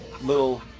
little